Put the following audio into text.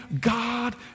God